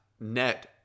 net